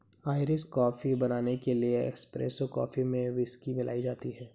Irish coffee बनाने के लिए एस्प्रेसो कॉफी में व्हिस्की मिलाई जाती है